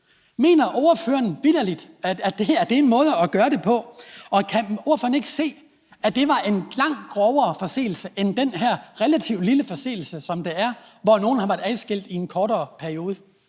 Mener ordføreren vitterlig, at det her er en måde at gøre det på? Og kan ordføreren ikke se, at det var en langt grovere forseelse end den her relativt lille forseelse, som det er, at nogle har været adskilt i en kortere periode?